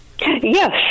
Yes